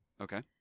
Okay